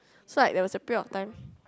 so like there was a period of time